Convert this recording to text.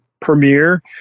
premiere